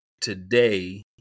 today